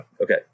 Okay